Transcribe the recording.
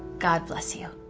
god bless you.